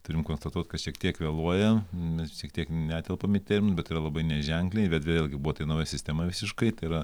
turim konstatuot kad šiek tiek vėluojam nes šiek tiek netelpam į termin bet yra labai neženkliai bet vėlgi buvo tai nauja sistema visiškai tai yra